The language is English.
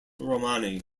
romani